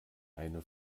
eine